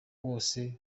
wose